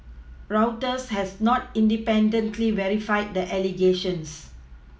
Reuters has not independently verified the allegations